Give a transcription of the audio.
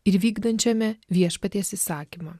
ir vykdančiame viešpaties įsakymą